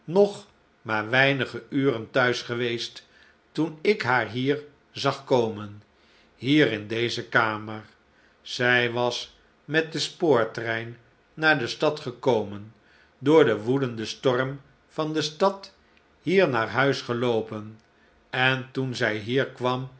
nog maar weinige uren thuis geweest toen ik haar hier zag komen hier in deze kamer zij was met den spoortrein naar de stad gekomen door den woedenden storm van de stad hier naar huis geloopen en toen zij hier kwam